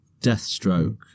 Deathstroke